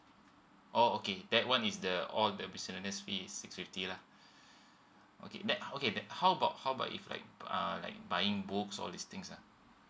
oh okay that one is the all the be six fifty lah okay then okay then how about how about if like uh like buying books all these things ah